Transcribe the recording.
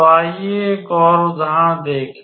तो आइए एक और उदाहरण देखें